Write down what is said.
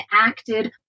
acted